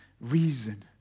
reason